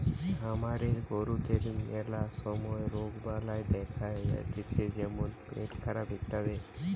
খামারের গরুদের ম্যালা সময় রোগবালাই দেখা যাতিছে যেমন পেটখারাপ ইত্যাদি